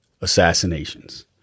assassinations